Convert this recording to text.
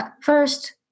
first